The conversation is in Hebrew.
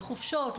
לחופשות,